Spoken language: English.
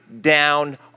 down